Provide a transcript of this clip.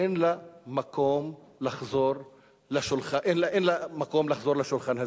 אין מקום שתחזור לשולחן הזה.